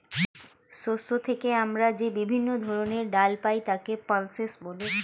শস্য থেকে আমরা যে বিভিন্ন ধরনের ডাল পাই তাকে পালসেস বলে